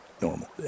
normal